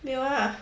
没有 ah